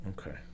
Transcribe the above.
okay